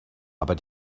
aber